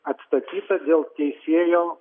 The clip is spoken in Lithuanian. atstatyta dėl teisėjo